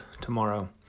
tomorrow